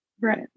right